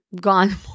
gone